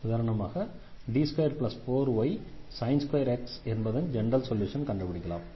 உதாரணமாக D24ysin2x என்பதன் general சொல்யூஷனை கண்டுபிடிக்கலாம்